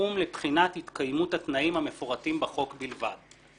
ותחום לבחינת התקיימות התנאים המפורטים בחוק בלבד?